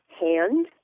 hand